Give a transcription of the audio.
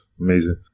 amazing